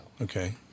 Okay